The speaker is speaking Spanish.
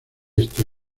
este